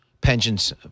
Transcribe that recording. pensions